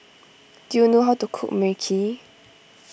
do you know how to cook Mui Kee